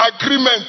agreement